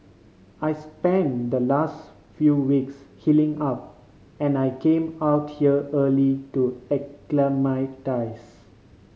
I spent the last few weeks healing up and I came out here early to acclimatise